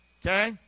okay